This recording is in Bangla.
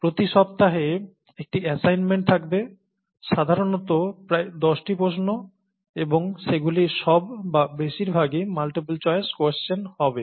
প্রতি সপ্তাহে একটি অ্যাসাইনমেন্ট থাকবে সাধারণত প্রায় দশটি প্রশ্ন এবং সেগুলি সব বা বেশিরভাগই মাল্টিপল চয়েস কোশ্চেন হবে